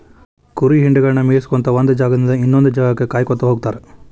ಕುರಿ ಹಿಂಡಗಳನ್ನ ಮೇಯಿಸ್ಕೊತ ಒಂದ್ ಜಾಗದಿಂದ ಇನ್ನೊಂದ್ ಜಾಗಕ್ಕ ಕಾಯ್ಕೋತ ಹೋಗತಾರ